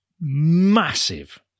massive